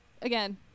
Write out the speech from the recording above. again